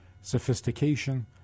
sophistication